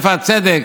איפה הצדק?